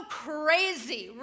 crazy